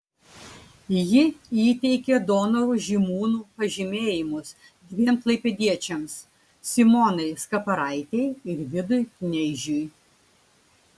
ji įteikė donorų žymūnų pažymėjimus dviem klaipėdiečiams simonai skaparaitei ir vidui kneižiui